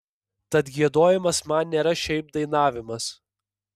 tad giedojimas man nėra šiaip dainavimas